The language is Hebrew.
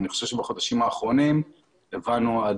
אני חושב שבחודשים האחרונים הבנו עד